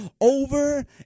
over